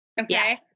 Okay